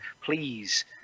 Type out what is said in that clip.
Please